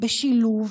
בשילוב